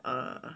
err